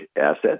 assets